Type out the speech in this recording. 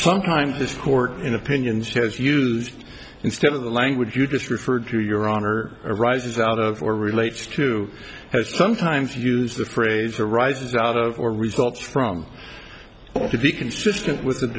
this court in opinions has used instead of the language you just referred to your honor arises out of or relates to has sometimes used the phrase arises out of or results from zero to be consistent with the